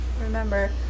remember